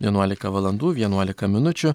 vienuolika valandų vienuolika minučių